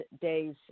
days